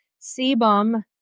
Sebum